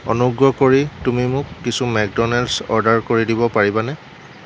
অনুগ্ৰহ কৰি তুমি মোক কিছু মেকড'নেল্ডছ অৰ্ডাৰ কৰি দিব পাৰিবানে